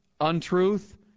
untruth